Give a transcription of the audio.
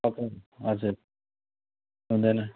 अक्रम हजुर हुँदैन